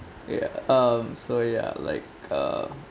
ya um so ya like err